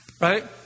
right